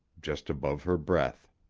just above her breath.